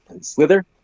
Slither